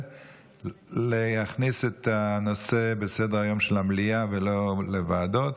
להכניס את הנושא לסדר-היום של המליאה ולא לוועדות.